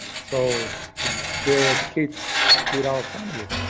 so they're kids without family.